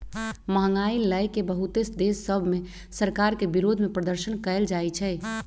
महंगाई लए के बहुते देश सभ में सरकार के विरोधमें प्रदर्शन कएल जाइ छइ